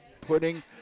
putting